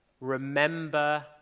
Remember